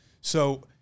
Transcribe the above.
So-